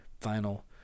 final